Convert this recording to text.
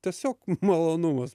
tiesiog malonumas